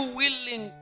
willing